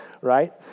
right